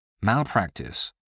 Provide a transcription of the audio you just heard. malpractice